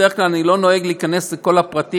בדרך כלל אני לא נוהג להיכנס לכל הפרטים,